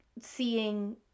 seeing